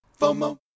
FOMO